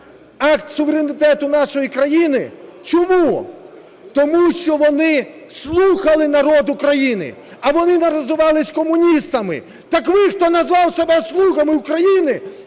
акт суверенітету нашої країни - чому? Тому що вони слухали народ України. А вони називались комуністами. Так ви, хто назвав себе "слугами" України,